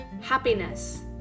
happiness